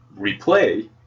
replay